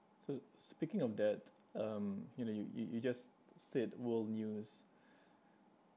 so speaking of that um you know you you you just said world news